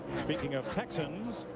speaking of texans,